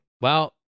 Well-